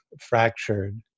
fractured